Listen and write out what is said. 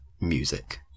music